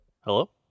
Hello